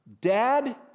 dad